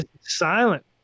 silent